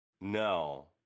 No